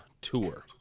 tour